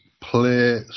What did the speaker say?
play